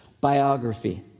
biography